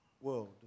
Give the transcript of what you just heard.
world